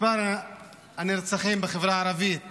מספר הנרצחים בחברה הערבית